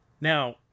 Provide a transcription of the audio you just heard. Now